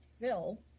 Phil